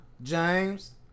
James